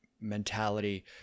mentality